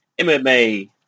MMA